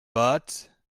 but